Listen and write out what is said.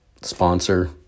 sponsor